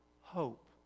hope